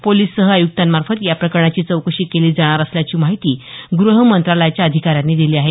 police सह आयुक्तांमार्फत या प्रकरणाची चौकशी केली जाणार असल्याची माहिती गृहमंत्रालयाच्या अधिकाऱ्यांनी दिली आहे